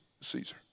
Caesar